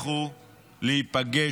לכו להיפגש,